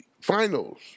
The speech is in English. finals